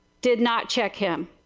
did not check him.